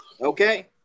Okay